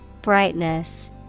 Brightness